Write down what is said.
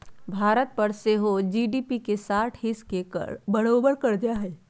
भारत पर सेहो जी.डी.पी के साठ हिस् के बरोबर कर्जा हइ